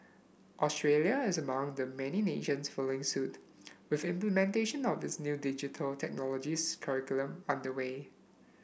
Australia is among the many nations following suit with implementation of its new Digital Technologies curriculum under way